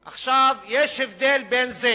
עכשיו, יש הבדל בין זה